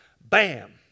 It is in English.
Bam